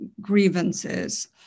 grievances